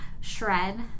shred